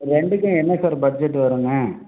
ரெண்டுக்கும் என்ன sir budget வருங்க